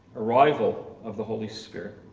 arrival of the holy spirit,